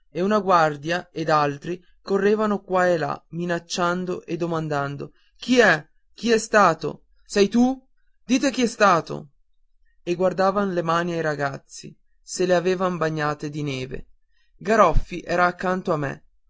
e una guardia ed altri correvano qua e là minacciando e domandando chi è chi è stato sei tu dite chi è stato e guardavan le mani ai ragazzi se le avevan bagnate di neve garoffi era accanto a me